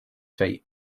faith